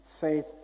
faith